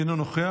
אינו נוכח,